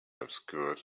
obscured